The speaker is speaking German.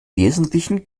wesentlichen